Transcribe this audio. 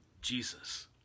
Jesus